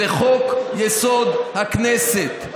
זה חוק-יסוד: הכנסת,